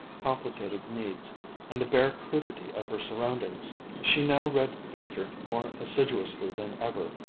complicated needs and the bare crudity of her surroundings. she now read pater more assiduously than ever,